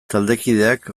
taldekideak